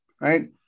right